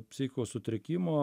psichikos sutrikimo